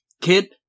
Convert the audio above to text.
Kid